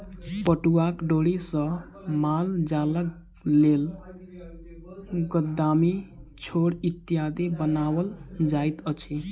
पटुआक डोरी सॅ मालजालक लेल गरदामी, छोड़ इत्यादि बनाओल जाइत अछि